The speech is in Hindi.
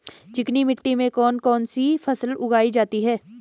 चिकनी मिट्टी में कौन कौन सी फसल उगाई जाती है?